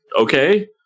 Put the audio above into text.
okay